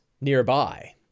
nearby